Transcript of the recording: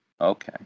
okay